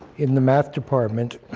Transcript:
in the math department.